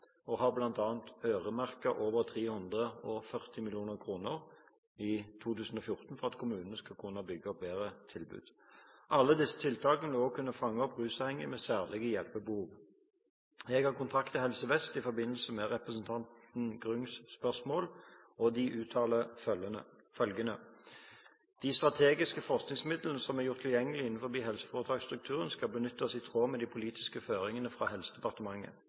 over 340 mill. kr i 2014 for at kommunene skal kunne bygge opp bedre tilbud. Alle disse tiltakene vil også kunne fange opp rusavhengige med særlige hjelpebehov. Jeg har kontaktet Helse Vest i forbindelse med representanten Grungs spørsmål, og de uttaler følgende: «De strategiske forskningsmidlene som er gjort tilgjengelige innenfor helseforetaksstrukturen skal benyttes i tråd med de politiske føringene fra Helsedepartementet.